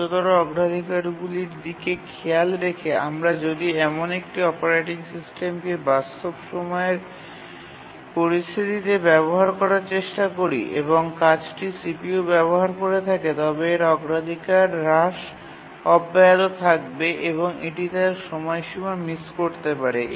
উচ্চতর অগ্রাধিকারগুলির দিকে খেয়াল রেখে আমরা যদি এমন একটি অপারেটিং সিস্টেমকে বাস্তব সময়ের পরিস্থিতিতে ব্যবহার করার চেষ্টা করি এবং কাজটি CPU ব্যবহার করে থাকে তবে এর অগ্রাধিকার হ্রাস অব্যাহত থাকবে এবং এটি তার সময়সীমা মিস করতে পারে